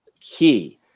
key